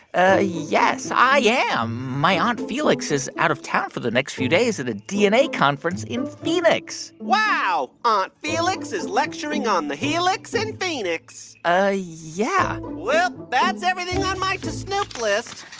ah yes, i yeah am. my aunt felix is out of town for the next few days at a dna conference in phoenix wow. aunt felix is lecturing on the helix in and phoenix ah, yeah well, that's everything on my to-snoop list.